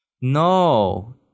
no